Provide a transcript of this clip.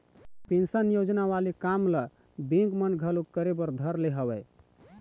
pension योजना वाले काम ल बेंक मन घलोक करे बर धर ले हवय